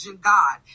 God